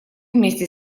вместе